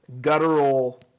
guttural